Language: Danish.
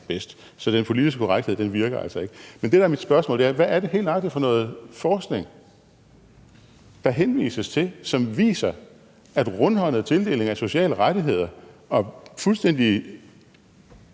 bedst. Så den politiske korrekthed virker altså ikke. Men det, der er mit spørgsmål, er: Hvad er det helt nøjagtig for noget forskning, der henvises til, som viser, at rundhåndet tildeling af sociale rettigheder og fuldstændig